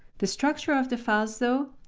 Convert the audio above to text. the structure of the files, though,